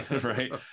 right